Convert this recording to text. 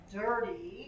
dirty